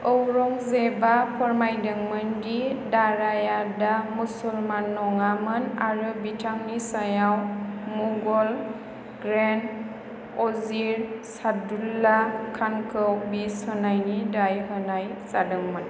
औरंगजेबा फोरमायदोंमोन दि दाराया दा मुसलमान नङामोन आरो बिथांनि सायाव मगल ग्रेन्ड अजीर सादुल्ला खानखौ बिस होनायनि दाय होनाय जादोंमोन